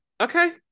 Okay